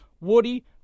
Woody